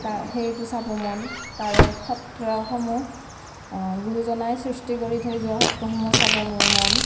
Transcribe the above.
তাৰ সেইটো চাব মন তাৰে সত্ৰসমূহ গুৰুজনাই সৃষ্টি কৰি থৈ যোৱা সত্ৰসমূহ চাব মোৰ মন